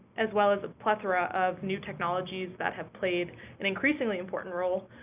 as well as a plethora of new technologies that have played an increasingly important role,